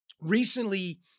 recently